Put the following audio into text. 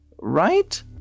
right